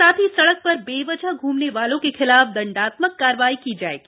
साथ ही सडक़ पर बेवजह घूमने वालों के खिलाफ दण्डात्मक कार्रवाई की जाएगी